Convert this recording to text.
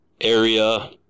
area